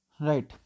Right